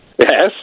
Yes